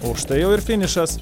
o štai jau ir finišas